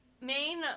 main